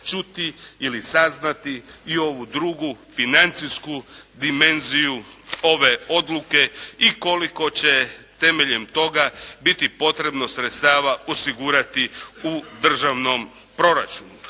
čuti ili saznati i ovu drugu financijsku dimenziju ove odluke i koliko će temeljem toga biti potrebno sredstava osigurati u državnom proračunu.